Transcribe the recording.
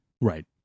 Right